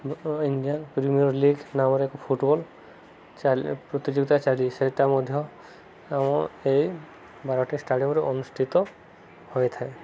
Indian Premier League ନାମରେ ଏକ football ଚାଲି ପ୍ରତିଯୋଗିତା ଚାଲି ସେଇଟା ମଧ୍ୟ ଆମ ଏଇ ବାରବାଟୀ ଷ୍ଟାଡ଼ିୟମରେ ଅନୁଷ୍ଠିତ ହୋଇଥାଏ